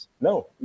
No